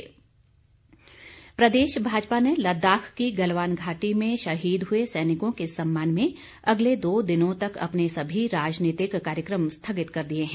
भाजपा प्रदेश भाजपा ने लद्दाख की गलवान घाटी में शहीद हुए सैनिकों के सम्मान में अगले दो दिनों तक अपने सभी राजनीतिक कार्यक्षम स्थगित कर दिए हैं